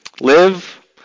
Live